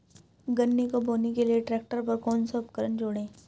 गन्ने को बोने के लिये ट्रैक्टर पर कौन सा उपकरण जोड़ें?